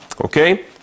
Okay